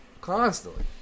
Constantly